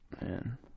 Man